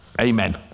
Amen